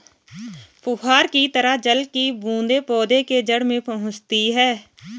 फुहार की तरह जल की बूंदें पौधे के जड़ में पहुंचती है